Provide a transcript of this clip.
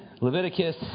Leviticus